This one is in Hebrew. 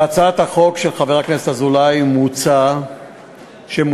בהצעת החוק של חבר הכנסת אזולאי מוצע, ובצדק,